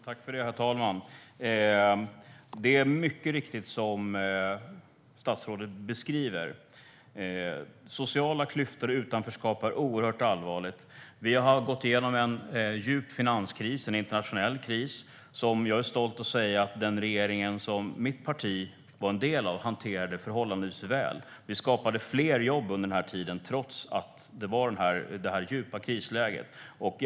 Herr talman! Det är mycket riktigt så som statsrådet beskriver: Sociala klyftor och utanförskap är oerhört allvarligt. Vi har gått igenom en djup finanskris, en internationell kris. Jag är stolt över att säga att den regering som mitt parti var en del av hanterade denna kris förhållandevis väl. Vi skapade fler jobb under denna tid trots att ett djupt krisläge rådde.